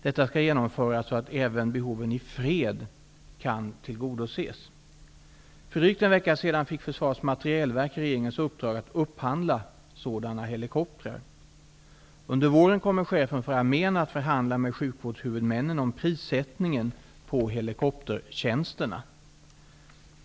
Detta skall genomföras så att även behoven i fred kan tillgodoses. För drygt en vecka sedan fick Försvarets materielverk regeringens uppdrag att upphandla sådana helikoptrar. Under våren kommer Chefen för armén att förhandla med sjukvårdshuvudmännen om prissättningen på helikoptertjänsterna.